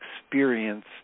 experience